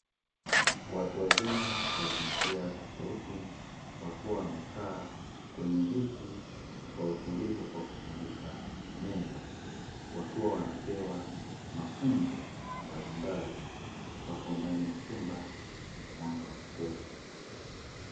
Watu wazima wa jinsia tofauti, wakiwa, wamekaa kwenye viti kwa utulivu wakizunguka meza, wakiwa wanapewa mafunzo mbalimbali, wakiwa ndani ya chumba chenye mwanga wa kutosha.